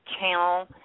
channel